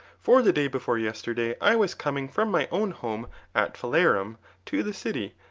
for the day before yesterday i was coming from my own home at phalerum to the city,